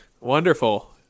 Wonderful